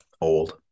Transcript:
Old